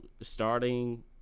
starting